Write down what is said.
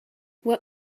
what